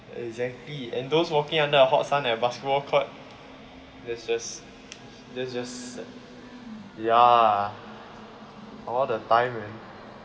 exactly and those walking under the hot sun at basketball court that's just that's just ya all the time man